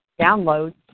downloads